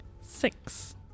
Six